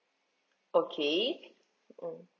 okay mm